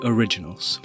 Originals